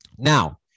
Now